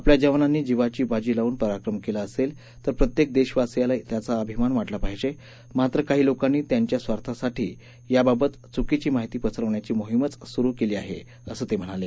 आपल्या जवानांनी जीवाची बाजी लावून पराक्रम केला असेल तर प्रत्येक देशवासियाला त्याचा अभिमान वाटला पाहिजे मात्र काही लोकांनी त्यांच्या स्वार्थासाठी याबाबत चुकीची माहिती पसरवण्याची मोहीमच सुरु केली आहे असं ते म्हणाले